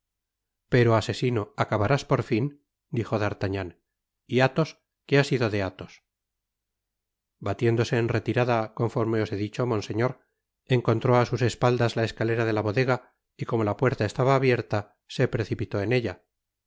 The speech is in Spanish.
pero asesino acabarás por fin dijo d'artagnan y athos qué ha sido de athos batiéndose en retirada conforme os he dicho monseñor encontró á sus espaldas la escalera de la bodega y como la puerta estaba abierta se precipitó en ella